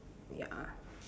ya